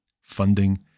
funding